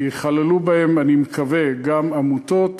ייכללו בהם, אני מקווה, גם עמותות.